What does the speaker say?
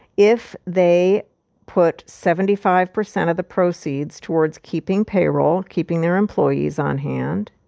if they put seventy five percent of the proceeds towards keeping payroll, keeping their employees on hand.